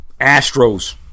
Astros